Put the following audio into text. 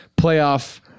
playoff